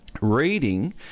reading